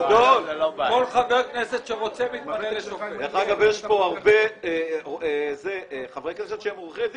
דרך אגב, יש כאן הרבה חברי כנסת שהם עורכי דין.